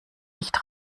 nicht